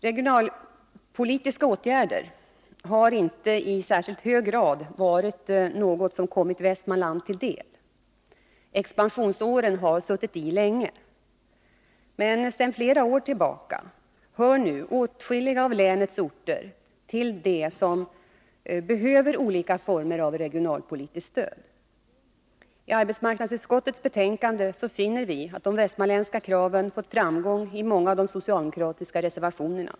Regionalpolitiska åtgärder har inte i någon särskilt hög grad kommit Västmanland till del. Expansionsåren har suttit i länge. Men sedan flera år tillbaka hör åtskilliga av länets orter till dem som behöver olika former av regionalpolitiskt stöd. I arbetsmarknadsutskottets betänkande finner man att de västmanländska kraven fått framgång i många av de socialdemokratiska reservationerna.